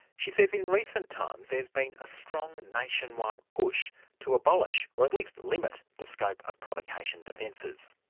she says in recent times there's been a strong nationwide push to abolish, or at least limit the scope of provocation defences.